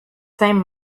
same